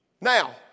Now